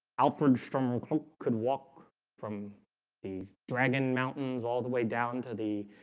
alfred strom and um could walk from these dragon mountains all the way down to the